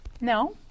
No